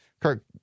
Kirk